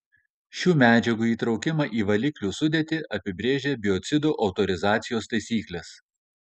šių medžiagų įtraukimą į valiklių sudėtį apibrėžia biocidų autorizacijos taisyklės